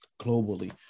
globally